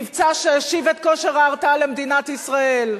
מבצע שהשיב את כושר ההרתעה למדינת ישראל,